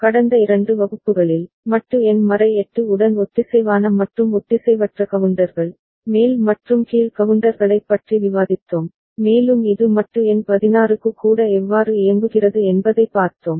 கடந்த இரண்டு வகுப்புகளில் மட்டு எண் 8 உடன் ஒத்திசைவான மற்றும் ஒத்திசைவற்ற கவுண்டர்கள் மேல் மற்றும் கீழ் கவுண்டர்களைப் பற்றி விவாதித்தோம் மேலும் இது மட்டு எண் 16 க்கு கூட எவ்வாறு இயங்குகிறது என்பதைப் பார்த்தோம்